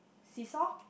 see saw